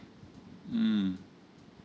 mm